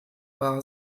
war